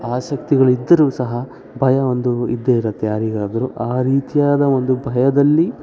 ಆಸಕ್ತಿಗಳಿದ್ದರೂ ಸಹ ಭಯ ಒಂದು ಇದ್ದೇ ಇರುತ್ತೆ ಯಾರಿಗಾದ್ರೂ ಆ ರೀತಿಯಾದ ಒಂದು ಭಯದಲ್ಲಿ